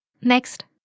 Next